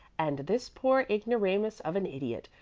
and this poor ignoramus of an idiot,